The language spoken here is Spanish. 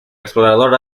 explorador